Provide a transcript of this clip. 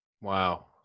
Wow